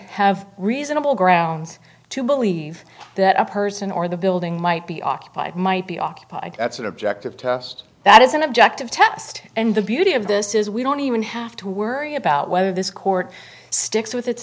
have reasonable grounds to believe that a person or the building might be occupied might be occupied that's it objective test that is an objective test and the beauty of this is we don't even have to worry about whether this court sticks with its